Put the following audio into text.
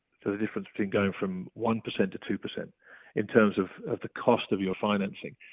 so the difference between going from one percent to two percent in terms of the cost of your financing.